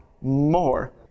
more